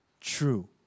true